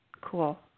cool